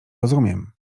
rozumiem